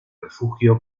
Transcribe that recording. refugio